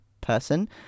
person